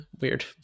weird